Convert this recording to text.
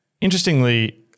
interestingly